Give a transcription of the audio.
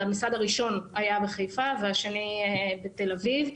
המשרד הראשון היה בחיפה והשני בתל אביב.